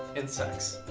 and sex.